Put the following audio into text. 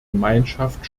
gemeinschaft